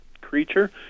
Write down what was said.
creature